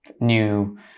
new